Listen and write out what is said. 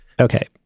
Okay